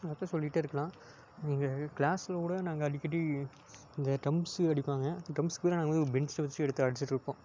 அதாட்டம் சொல்லிட்டே இருக்கலாம் எங்கள் க்ளாஸ்லக்கூட நாங்கள் அடிக்கடி இந்த ட்ரம்ஸு ட அடிப்பாங்க ட்ரம்ஸுக்கு பதிலாக நாங்கள் வந்து பென்ச்சை வச்சு எடுத்து அடிச்சிட்டிருப்போம்